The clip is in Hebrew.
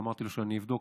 ואמרתי לו שאני אבדוק.